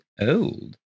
old